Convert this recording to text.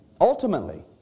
Ultimately